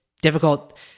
difficult